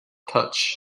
touch